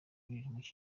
umukinnyi